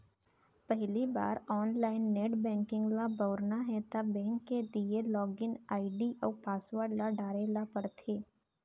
पहिली बार online net banking ल बउरना हे त बेंक के दिये लॉगिन आईडी अउ पासवर्ड ल डारे ल परथे